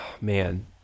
man